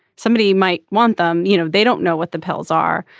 somebody might want them. you know they don't know what the pills are.